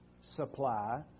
supply